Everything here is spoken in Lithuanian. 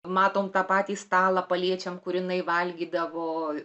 matom tą patį stalą paliečiam kur jinai valgydavo